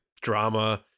drama